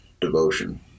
Devotion